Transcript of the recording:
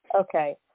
Okay